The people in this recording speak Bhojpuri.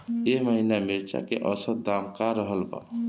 एह महीना मिर्चा के औसत दाम का रहल बा?